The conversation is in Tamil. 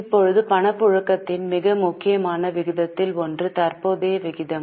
இப்போது பணப்புழக்கத்தின் மிக முக்கியமான விகிதத்தில் ஒன்று தற்போதைய விகிதம்